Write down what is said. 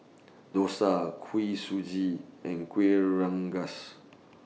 Dosa Kuih Suji and Kueh Rengas